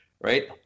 right